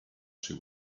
she